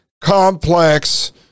complex